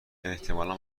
احتمالا